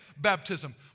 baptism